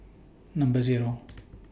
Number Zero